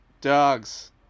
dogs